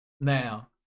Now